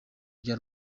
bya